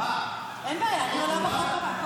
--- אין בעיה, אני עולה בכל מקרה.